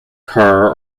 car